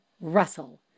Russell